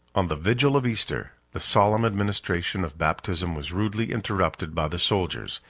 on the vigil of easter, the solemn administration of baptism was rudely interrupted by the soldiers,